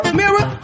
mirror